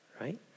right